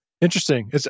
Interesting